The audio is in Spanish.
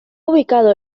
ubicado